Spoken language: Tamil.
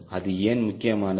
அது ஏன் முக்கியமானது